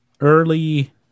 early